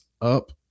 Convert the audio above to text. up